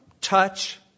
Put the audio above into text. touch